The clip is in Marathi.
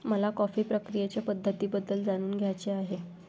मला कॉफी प्रक्रियेच्या पद्धतींबद्दल जाणून घ्यायचे आहे